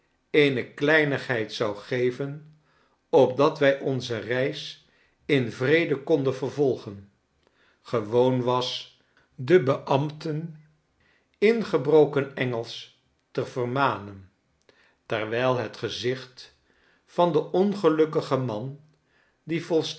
eene kleinigheid zou geven opdat wij onze reis in vrede konden vervolgen gewoon was de beambten in gebroken engelsch te vermanen terwijl het gezicht van den ongelukkigen man die